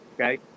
Okay